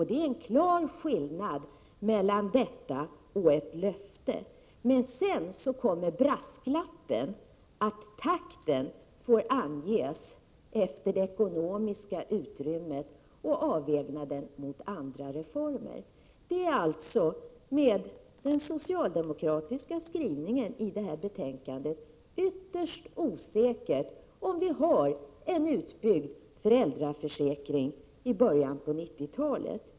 Det är en klar skillnad mellan en ambition och ett löfte. Men sedan kommer brasklappen att takten får anges efter det ekonomiska utrymmet och avvägningen mot andra reformer. Det är alltså, med den socialdemokratiska skrivningen i detta betänkande, ytterst osäkert om föräldraförsäkringen är utbyggd i början av 1990-talet.